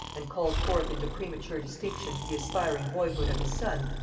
and called forth into premature distinction the aspiring boyhood of his son,